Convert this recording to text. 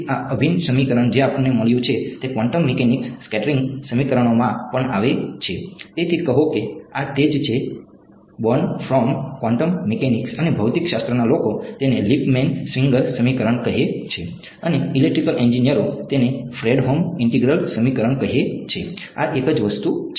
તેથી આ અભિન્ન સમીકરણ જે આપણને મળ્યું છે તે ક્વોન્ટમ મિકેનિક્સ સ્કેટરિંગ સમીકરણોમાં પણ આવે છે તેથી કહો કે આ તે જ છે બોર્ન ફ્રોમ ક્વોન્ટમ મિકેનિક્સ અને ભૌતિકશાસ્ત્રના લોકો તેને લિપમેન સ્વિંગર સમીકરણ કહે છે અને ઇલેક્ટ્રિકલ એન્જિનિયરો તેને ફ્રેડહોમ ઇન્ટિગ્રલ સમીકરણ કહે છે આ એક જ વસ્તુ છે